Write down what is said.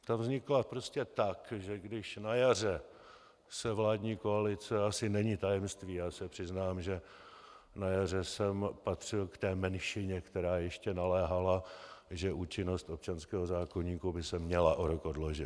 Ta vznikla prostě tak, že když se na jaře vládní koalice asi není tajemství, já se přiznám, že na jaře jsem patřil k té menšině, která ještě naléhala, že účinnost občanského zákoníku by se měla o rok odložit.